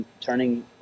turning